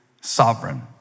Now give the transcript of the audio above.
sovereign